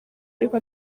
ariko